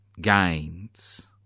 gains